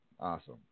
Awesome